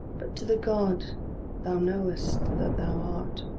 but to the god thou knowest that thou art.